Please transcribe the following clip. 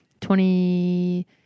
Twenty